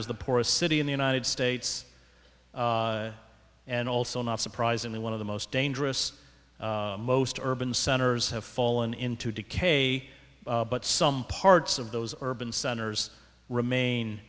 is the poorest city in the united states and also not surprisingly one of the most dangerous most urban centers have fallen into decay but some parts of those urban centers remain